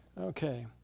Okay